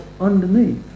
underneath